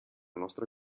nostra